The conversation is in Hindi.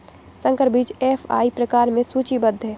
संकर बीज एफ.आई प्रकार में सूचीबद्ध है